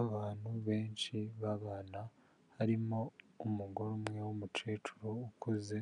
Abantu benshi b'abana harimo umugore umwe w'umucecuru ukuze,